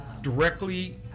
directly